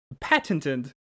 patented